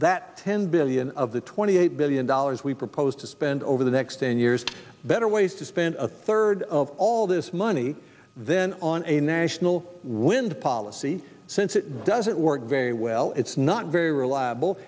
that ten billion of the twenty eight billion dollars we proposed to spend over the next ten years to better ways to spend a third of all this money then on a national wind policy since it doesn't work very well it's not very reliable